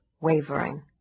wavering